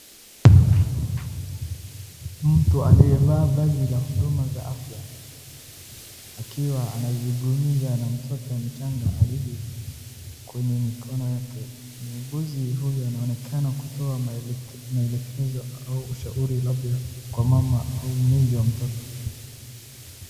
Mtu aliyevaa vazi la huduma za afya akiwa anazungumza na mtoto mchanga aliye kwenye mikono yake. Muuguzi huyu anaonekana kutoa maelekezo au ushauri labda kwa mama au mlezi wa mtoto.